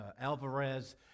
Alvarez